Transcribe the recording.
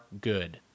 good